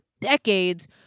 decades